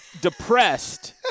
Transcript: depressed